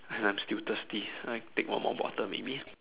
and I'm still thirsty I take one more bottle maybe